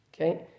Okay